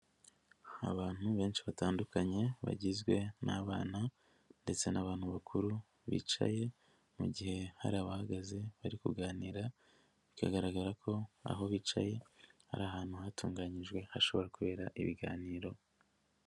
Abantu benshi batandukanye bagizwe n'abana ndetse n'abantu bakuru bicaye, mu gihe hari abahagaze bari kuganira, bikagaragara ko aho bicaye ari ahantu hatunganyijwe hashobora kubera ibiganiro.